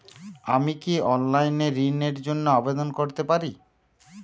আমি কি অনলাইন এ ঋণ র জন্য আবেদন করতে পারি?